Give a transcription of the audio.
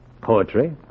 Poetry